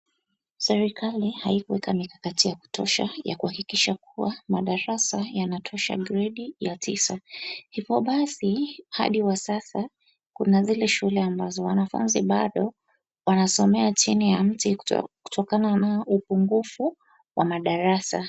Serikali haikuweka mikakati ya kutosha ya kuhakikisha kuwa madarasa yanatosha gredi ya tisa. Hivyo basi, hadi wa sasa kuna zile shule ambazo wanafunzi bado wanasomea chini ya mti kutokana na upungufu wa madarasa.